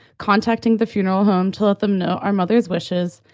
contacting the funeral home to let them know our mother's wishes,